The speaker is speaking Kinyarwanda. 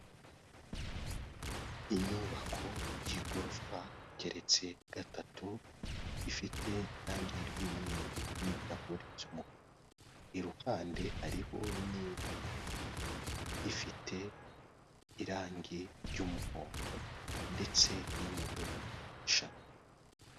inyubako y'igorofa igeretse gatatu ifite irangi ry'umweru n'ibirahuri by’ umukara. iruhande hariho n’ indi ifite irangi ry'umuhondo ndetse n'imodoka nshya.